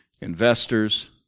investors